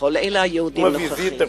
בכל אלה היהודים נוכחים.